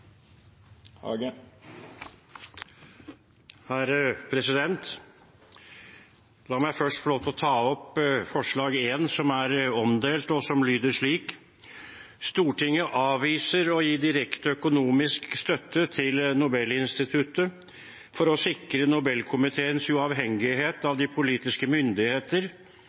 La meg først få lov til å ta opp forslag nr. 1, som er omdelt, og som lyder slik: «Stortinget avviser å gi direkte økonomisk støtte til Nobelinstituttet for å sikre Nobelkomiteens uavhengighet av de politiske myndigheter